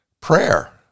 prayer